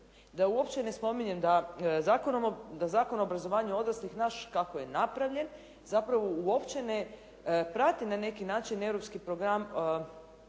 Da uopće ne spominjem da Zakon o obrazovanju odraslih kako je napravljen zapravo uopće ne prati na neki način europski program,